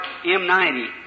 M90